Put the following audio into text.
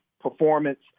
performance